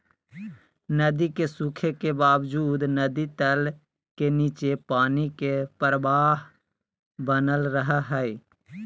नदी के सूखे के बावजूद नदी तल के नीचे पानी के प्रवाह बनल रहइ हइ